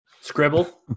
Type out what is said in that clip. Scribble